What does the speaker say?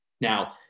Now